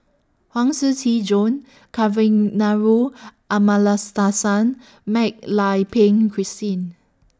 Huang Shiqi Joan Kavignareru Amallathasan Mak Lai Peng Christine